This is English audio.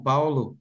Paulo